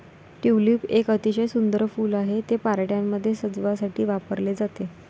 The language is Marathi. ट्यूलिप एक अतिशय सुंदर फूल आहे, ते पार्ट्यांमध्ये सजावटीसाठी वापरले जाते